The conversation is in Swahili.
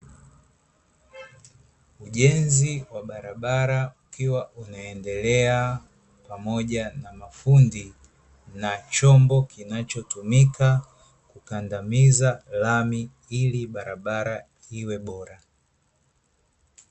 Ujenzi wa barabara ukiwa unaendelea pamoja na mafundi, na chombo kinachotumika kukandamiza lami, ili barabara iwe bora.